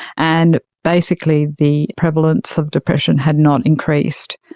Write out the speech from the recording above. and basically the prevalence of depression had not increased.